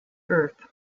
earth